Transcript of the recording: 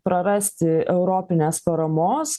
prarasti europinės paramos